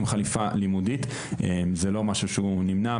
חליפה לימודית זה לא משהו שהוא נמנע,